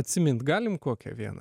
atsimint galim kokią vieną